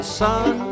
son